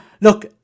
Look